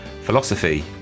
Philosophy